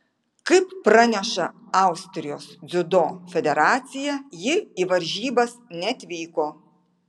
kaip praneša austrijos dziudo federacija ji į varžybas neatvyko